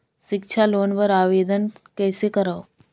सिक्छा लोन बर आवेदन कइसे करव?